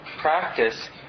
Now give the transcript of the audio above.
practice